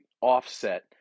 offset